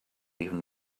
even